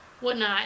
whatnot